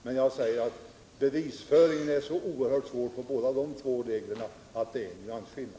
Men jag anser att bevisföringen är så oerhört svår när det gäller båda dessa regler att det är en nyansskillnad.